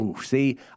See